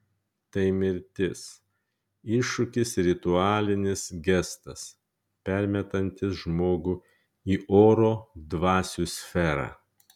tai mirtis iššūkis ritualinis gestas permetantis žmogų į oro dvasių sferą